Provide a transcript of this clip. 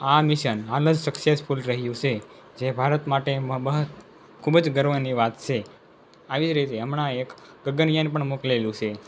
આ મિશન હાલ જ સક્સેસફૂલ રહ્યું છે જે ભારત માટે ખૂબ જ ગર્વની વાત છે આવી રીતે હમણાં એક ગગનયાન પણ મોકલેલું છે